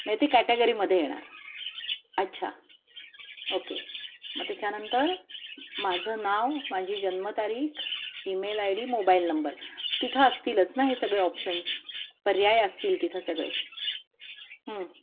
म्हणजे ती कॅटेगरीमध्ये येणार अच्छा ओके मग त्याच्यानंतर माझं नाव माझी जन्मतारीख email I D mobile number तिथं असतीलच ना हे सगळे ऑप्शन्स पर्याय असतील तिथं सगळे